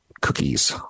cookies